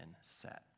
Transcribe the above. set